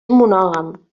monògam